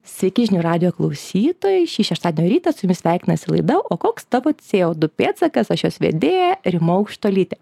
sveiki žinių radijo klausytojai šį šeštadienio rytą su jumis sveikinasi laida o koks tavo cė o du pėdsakas aš jos vedėja rima aukštuolytė